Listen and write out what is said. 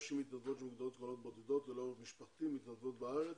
160 מתנדבות עולות בודדות ללא עורף משפחתי מתנדבות בארץ,